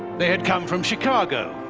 they had come from chicago.